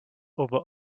over